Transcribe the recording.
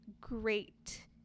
great